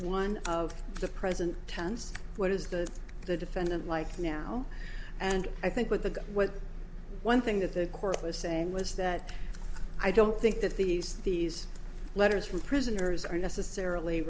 one of the present tense what is the the defendant like now and i think what the what one thing that the court was saying was that i don't think that these these letters from prisoners are necessarily